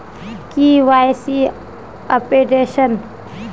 KYC updation?